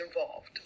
involved